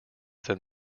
than